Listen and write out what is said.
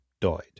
died